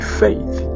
faith